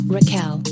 Raquel